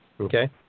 Okay